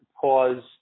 pause